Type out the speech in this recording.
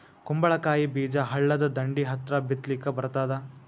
ಕುಂಬಳಕಾಯಿ ಬೀಜ ಹಳ್ಳದ ದಂಡಿ ಹತ್ರಾ ಬಿತ್ಲಿಕ ಬರತಾದ?